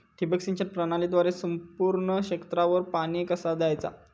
ठिबक सिंचन प्रणालीद्वारे संपूर्ण क्षेत्रावर पाणी कसा दयाचा?